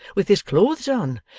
with his clothes on,